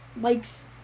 likes